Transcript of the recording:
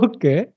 Okay